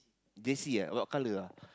jersey ah what colour ah